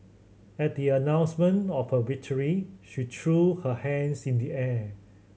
at the announcement of her victory she threw her hands in the air